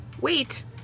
Wait